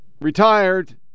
retired